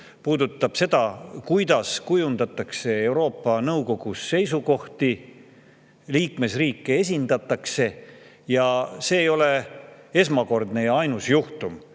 puudutab seda, kuidas kujundatakse Euroopa [Liidu] Nõukogus seisukohti ja liikmesriike esindatakse. See ei ole esmakordne ja ainus juhtum,